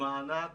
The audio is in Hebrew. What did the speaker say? מענק